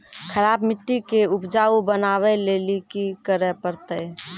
खराब मिट्टी के उपजाऊ बनावे लेली की करे परतै?